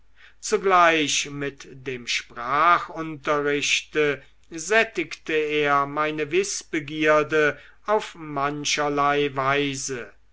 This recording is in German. zugleich mit dem sprachunterrichte sättigte er meine wißbegierde auf mancherlei weise